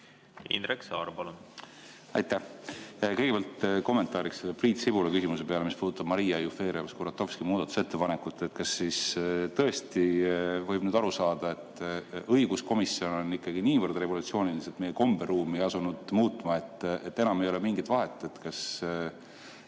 Indrek Saar, palun! Aitäh! Kõigepealt kommentaariks Priit Sibula küsimusele, mis puudutab Maria Jufereva-Skuratovski muudatusettepanekut. Kas siis tõesti võib nüüd aru saada, et õiguskomisjon on niivõrd revolutsiooniliselt meie komberuumi asunud muutma, et enam ei ole mingit vahet, kas